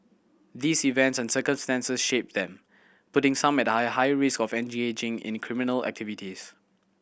these events and circumstances shape them putting some at a higher risk of engaging in the criminal activities